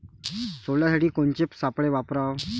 सोल्यासाठी कोनचे सापळे वापराव?